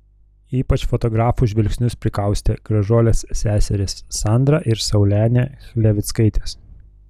ypač fotografų žvilgsnius prikaustė gražuolės seserys sandra ir saulenė chlevickaitės